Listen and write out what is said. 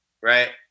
right